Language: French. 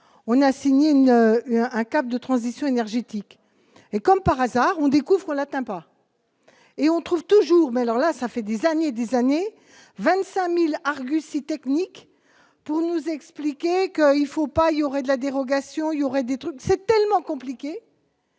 on a fini un CAP de transition énergétique et comme par hasard, on découvre, on n'atteint pas. Et on trouve toujours, mais alors là, ça fait des années, des années 25000 arguties techniques pour nous expliquer qu'il faut pas, il y aurait de la dérogation, il y aurait des trucs, c'est tellement compliqué.